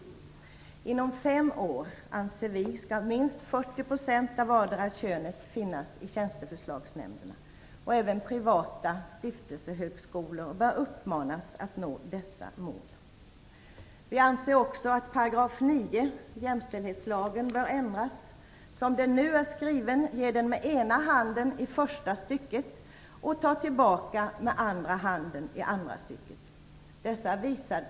Vi anser att vardera könet skall finnas med minst 40 % i tjänsteförslagsnämnderna inom fem år. Även privata stiftelsehögskolor bör uppmanas att sträva efter dessa mål. Vi anser också att § 9, jämställdhetslagen, bör ändras. Som den nu är skriven ger den med ena handen i första stycket och tar tillbaka med andra handen i andra stycket.